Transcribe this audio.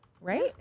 right